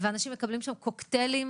ואנשים מקבלים שם קוקטיילים.